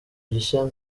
gishya